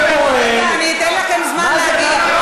רגע, אני אתן לכם זמן להגיב.